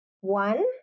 One